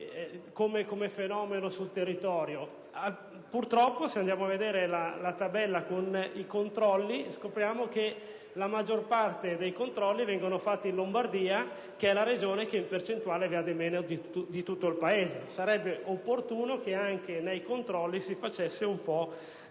come fenomeno sul territorio. Se andiamo a vedere la tabella con i controlli, scopriamo che la maggior parte dei controlli vengono eseguiti in Lombardia, ossia nella Regione che, in percentuale, evade meno rispetto al resto del Paese. Sarebbe opportuno che anche nei controlli si facesse un po'